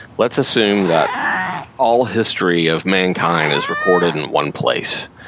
let's assume that all history of mankind is recorded in one place.